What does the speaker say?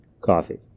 coffee